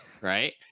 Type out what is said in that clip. right